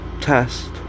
test